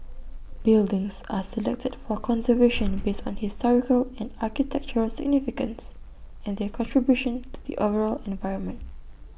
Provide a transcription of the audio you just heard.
buildings are selected for conservation based on historical and architectural significance and their contribution to the overall environment